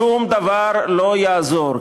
שום דבר לא יעזור,